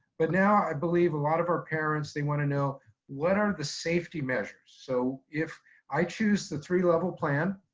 but now i believe a lot of our parents, they wanna know what are the safety measures? so if i choose the three level plan,